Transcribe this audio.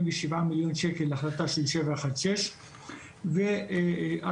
ושבעה מיליון שקל להחלטה של 716. בנוסף,